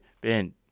Ben